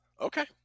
Okay